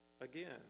Again